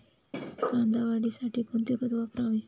कांदा वाढीसाठी कोणते खत वापरावे?